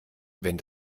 wenn